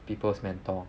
people's mentor